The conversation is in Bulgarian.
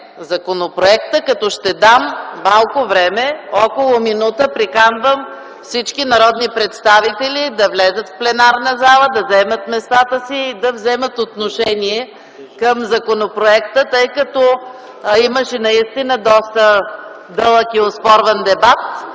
Ще дам малко време, от около минута, като приканвам всички народни представители да влязат в пленарната зала, да заемат местата си и да заемат отношение към законопроекта. Тъй като имаше наистина доста дълъг и оспорван дебат,